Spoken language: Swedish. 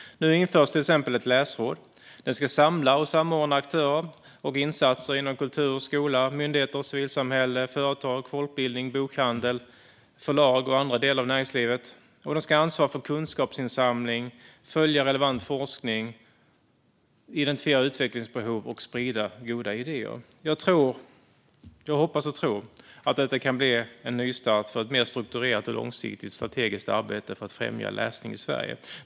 Nu införs till exempel ett läsråd. Det ska samla och samordna aktörer och insatser inom kultur, skola, myndigheter och civilsamhälle, företag, folkbildning, bokhandel, förlag och andra delar av näringslivet. Det ska ansvara för kunskapsinsamling, följa relevant forskning, identifiera utvecklingsbehov och sprida goda idéer. Jag hoppas och tror att detta kan bli en nystart för ett mer strukturerat och långsiktigt strategiskt arbete för att främja läsning i Sverige.